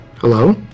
Hello